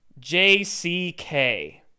JCK